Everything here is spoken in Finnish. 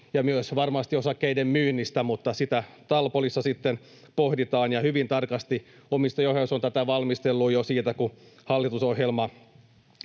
ja myös varmasti osakkeiden myynnistä, mutta sitä TALPOLissa sitten pohditaan ja hyvin tarkasti. Omistajaohjaus on tätä valmistellut jo siitä, kun hallitusohjelma